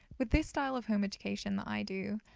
with this style of home education that i do,